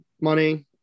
money